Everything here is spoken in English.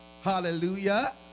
Hallelujah